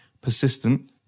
persistent